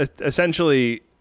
essentially